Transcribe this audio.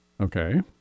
Okay